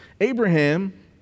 Abraham